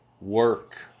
work